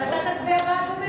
אבל אתה תצביע בעד ממילא.